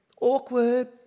Awkward